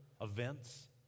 events